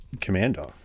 commander